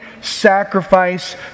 sacrifice